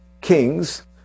Kings